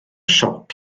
siop